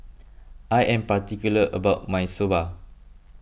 I am particular about my Soba